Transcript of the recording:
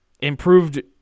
improved